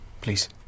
Please